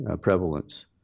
prevalence